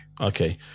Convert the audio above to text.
Okay